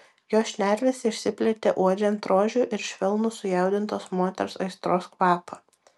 jo šnervės išsiplėtė uodžiant rožių ir švelnų sujaudintos moters aistros kvapą